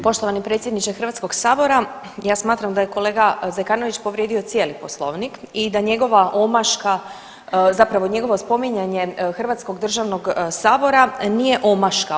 Poštovani predsjedniče Hrvatskog sabora, ja smatram da je kolega Zekanović povrijedio cijeli Poslovnik i da njegova omaška, zapravo njegovo spominjanje Hrvatskog državnog sabora nije omaška.